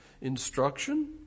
instruction